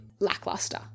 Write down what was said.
Lackluster